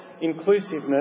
inclusiveness